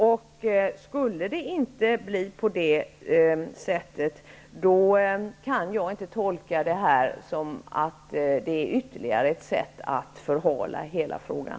Om det inte blir så kan jag inte tolka det på något annat sätt än att det är ett sätt att ytterligare förhala frågan.